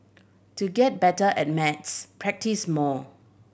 to get better at maths practise more